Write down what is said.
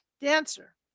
Dancer